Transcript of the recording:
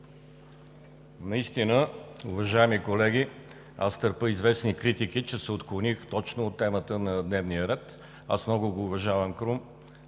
Наистина, уважаеми колеги, търпя известни критики, че се отклоних точно от темата на дневния ред. Много уважавам Крум